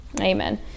Amen